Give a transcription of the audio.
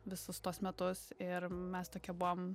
visus tuos metus ir mes tokie buvom